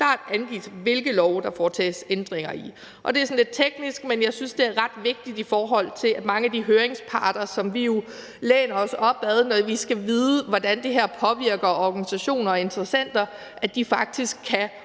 klart angives, hvilke love der foretages ændringer i. Det er sådan lidt teknisk, men jeg synes, det er ret vigtigt, at mange af de høringsparter, som vi jo læner os op ad, når vi skal vide, hvordan det her påvirker organisationer og interessenter, faktisk kan